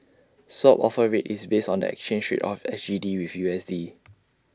swap offer rate is based on the exchange rate of S G D with U S D